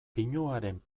pinuaren